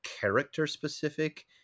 character-specific